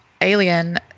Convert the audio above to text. Alien